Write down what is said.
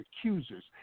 accusers